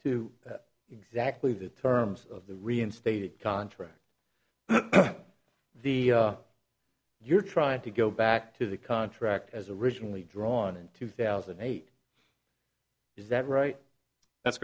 to exactly the terms of the reinstated contract the you're trying to go back to the contract as originally drawn in two thousand and eight is that right that's